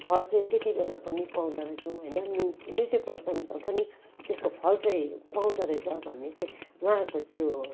फल चाहिँ त्यति बेला पनि पाउँदो रहेछौँ होइन मृत्यु पर्यन्त पनि त्यसको फल चाहिँ पाउँदो रहेछ भन्ने चाहिँ उहाँको त्यो